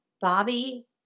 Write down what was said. Bobby